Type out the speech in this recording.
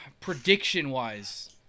prediction-wise